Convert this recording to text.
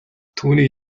түүнийг